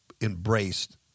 embraced